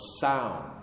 sound